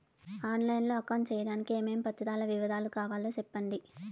On line లో account సేయడానికి ఏమేమి పత్రాల వివరాలు కావాలో సెప్పండి?